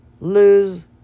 lose